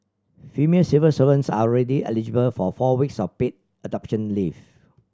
female civil servants are already eligible for four weeks of paid adoption leave